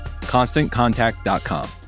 ConstantContact.com